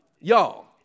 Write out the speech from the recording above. Y'all